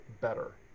better